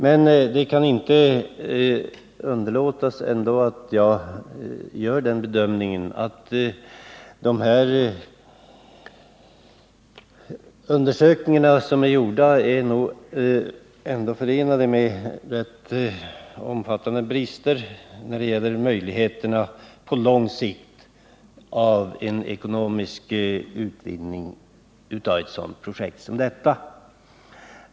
Jag kan ändå inte underlåta att göra bedömningen att de undersökningar som är gjorda är behäftade med omfattande brister när det gäller möjlighe terna på lång sikt av en ekonomisk utvidgning av projektet i fråga.